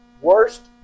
Worst